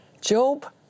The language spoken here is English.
Job